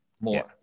more